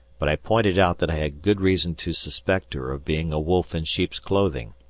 but i pointed out that i had good reason to suspect her of being a wolf in sheep's clothing,